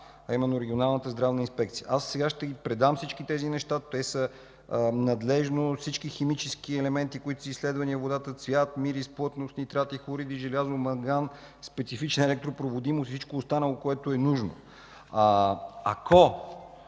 а именно Регионалната здравна инспекция. Сега ще Ви предам всички тези неща – те са надлежно… Всички химически елементи, които са изследвани във водата – цвят, мирис, плътност, нитрати, хлориди, желязо, манган, специфична електропроводимост и всичко останало, което е нужно. Ако